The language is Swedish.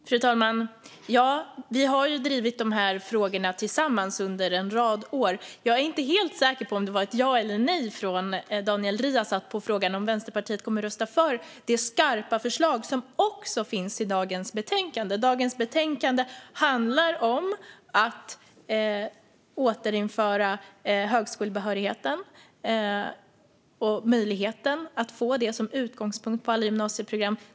Fru talman! Vi har drivit de frågorna tillsammans under en rad år. Jag är inte helt säker på om det var ett ja eller ett nej från Daniel Riazat på frågan om Vänsterpartiet kommer att rösta för det skarpa förslag som också finns i det betänkande vi handlar i dag. Det betänkande vi behandlar i dag handlar om att återinföra högskolebehörigheten och möjligheten att få det som utgångspunkt på alla gymnasieprogram.